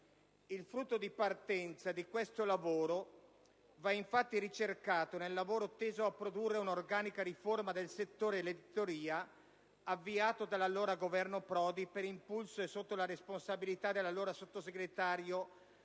Il punto di partenza di questo lavoro va, infatti, ricercato nel lavoro teso a produrre un'organica riforma del settore dell'editoria avviato dal Governo Prodi per impulso, e sotto la responsabilità dell'allora sottosegretario